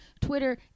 Twitter